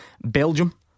Belgium